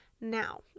Now